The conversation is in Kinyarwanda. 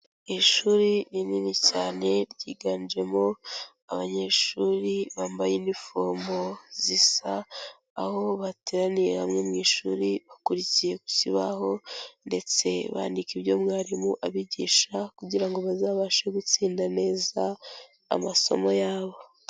Ishuri rinini cyane ryiganjemo abanyeshuri bambaye inifomu zisa, aho bateraniye hamwe mu ishuri bakurikiye ku kibaho ndetse bandika ibyo mwarimu abigisha kugira ngo bazabashe gutsinda neza amasomo yabo.